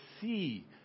see